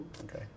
Okay